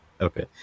Okay